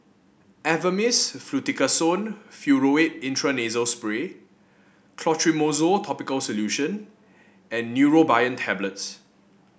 Avamys Fluticasone Furoate Intranasal Spray Clotrimozole Topical Solution and Neurobion Tablets